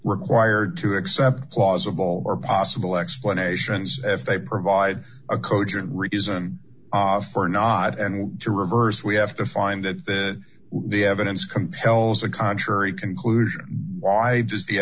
required to accept plausible or possible explanations as they provide a cogent reason for not and to reverse we have to find that the evidence compels a contrary conclusion why does the